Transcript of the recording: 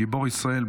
גיבור ישראל,